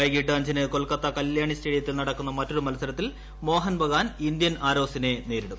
വൈകീട്ട് അഞ്ചിന് കൊൽക്കത്ത കല്യാണി സ്റ്റേഡിയത്തിൽ നടക്കുന്ന മറ്റൊരു മത്സരത്തിൽ മോഹൻ ബഗാൻ ഇന്ത്യൻ ആരോസിനെ നേരിടും